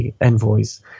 envoys